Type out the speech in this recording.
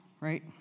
right